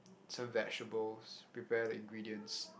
some vegetables prepare the ingredients